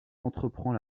entreprend